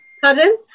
pardon